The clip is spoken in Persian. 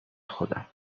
خودم